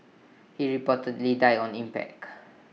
he reportedly died on impact